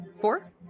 Four